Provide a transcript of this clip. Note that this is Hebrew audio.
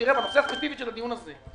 לגבי הנושא הספציפי של הדיון הזה.